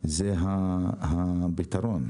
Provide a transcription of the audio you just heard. זה הפתרון.